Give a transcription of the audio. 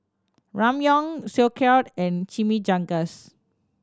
Ramyeon Sauerkraut and Chimichangas